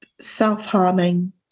self-harming